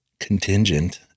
contingent